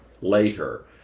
later